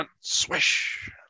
swish